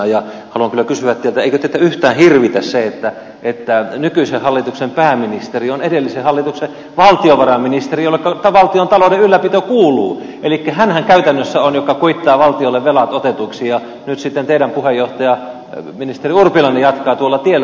haluan kyllä kysyä teiltä eikö teitä yhtään hirvitä se että nykyisen hallituksen pääministeri on edellisen hallituksen valtiovarainministeri jolleka valtiontalouden ylläpito kuuluu elikkä hänhän käytännössä on se joka kuittaa valtiolle velat otetuiksi ja nyt sitten teidän puheenjohtajanne ministeri urpilainen jatkaa tuolla tiellä